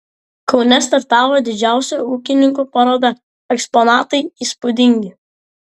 kaune startavo didžiausia ūkininkų paroda eksponatai įspūdingi